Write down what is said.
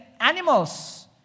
animals